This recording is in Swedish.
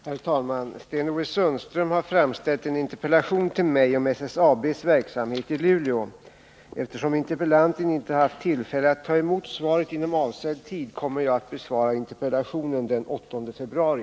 Herr talman! Sten-Ove Sundström har framställt en interpellation till mig om SSAB:s verksamhet i Luleå. Eftersom interpellanten inte haft tillfälle att ta emot svaret inom föreskriven tid kommer jag att besvara interpellationen den 8 februari.